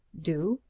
do?